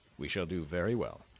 we shall do very well.